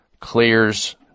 Clear's